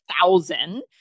thousand